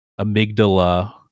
amygdala